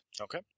Okay